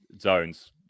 zones